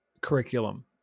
curriculum